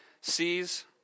sees